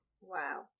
Wow